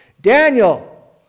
Daniel